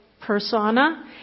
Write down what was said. persona